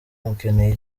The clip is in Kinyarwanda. mukeneye